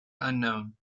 unknown